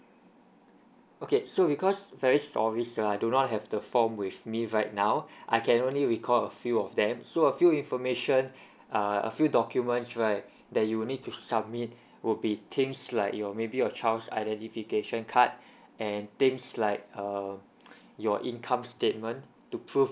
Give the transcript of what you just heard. okay so because very sorry sir I do not have the form with me right now I can only recall a few of them so a few information uh a few documents right that you will need to submit will be things like your maybe your child's identification card and things like err your income statement to prove